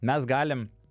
mes galim